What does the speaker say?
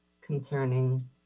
concerning